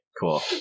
Cool